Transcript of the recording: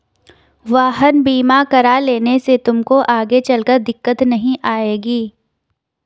वाहन बीमा करा लेने से तुमको आगे चलकर दिक्कत नहीं आएगी